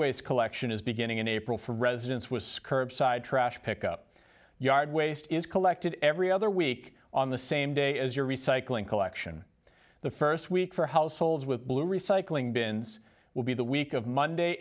waste collection is beginning in april for residents with scurvy side trash pickup yard waste is collected every other week on the same day as your recycling collection the first week for households with blue recycling bins will be the week of monday